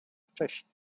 wcześnie